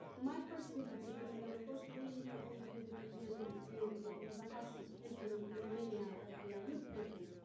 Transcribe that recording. my first visit to him, and then, of course, we we visited him it it was the harshest prison in romania at the aiud prison.